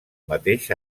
mateix